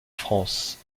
france